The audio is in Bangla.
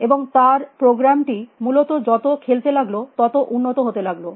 এবং তার প্রোগ্রামটি মূলত যত খেলতে লাগলো তত উন্নত হতে থাকলো